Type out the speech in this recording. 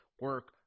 Work